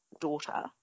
daughter